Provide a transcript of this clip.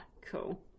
cool